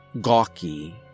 gawky